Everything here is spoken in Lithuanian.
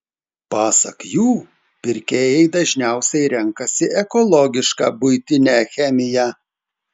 pasak jų pirkėjai dažniausiai renkasi ekologišką buitinę chemiją